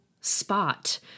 spot